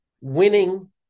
winning